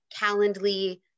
Calendly